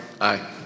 Aye